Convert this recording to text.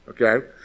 okay